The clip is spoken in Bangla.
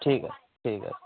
ঠিক আছে ঠিক আছে